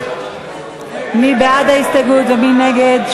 מי בעד ההסתייגות ומי נגד,